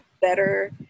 better